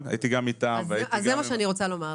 זה מה שאני רוצה לומר לך.